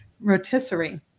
rotisserie